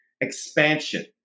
expansion